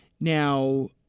Now